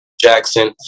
Jackson